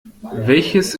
welches